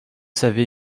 savait